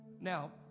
Now